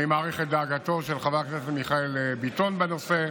אני מעריך את דאגתו של חבר הכנסת מיכאל ביטון בנושא,